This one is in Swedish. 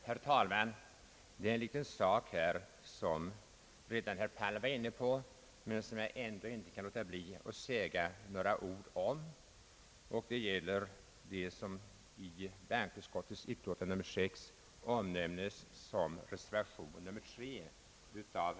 Herr talman! Jag kan inte underlåta att säga några ord om reservation 3 av herrar Åkerlund och Enarsson, utöver vad herr Palm redan har anfört.